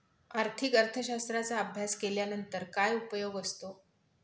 आर्थिक अर्थशास्त्राचा अभ्यास केल्यानंतर काय उपयोग असतो?